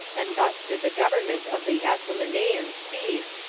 and thus did the government of the asamoneans cease,